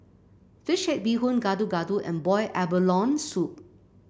fish head Bee Hoon Gado Gado and Boiled Abalone Soup